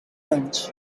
crunch